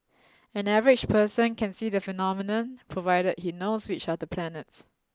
an average person can see the phenomenon provided he knows which are the planets